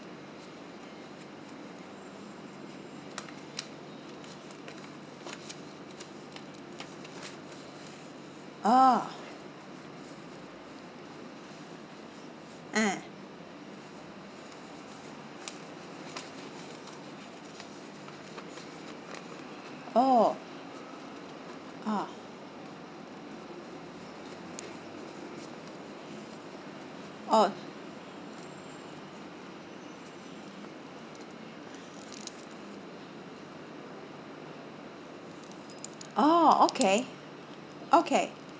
orh ah oh ah orh orh okay okay